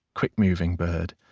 quick-moving bird.